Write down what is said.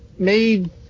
Made